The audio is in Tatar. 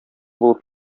булып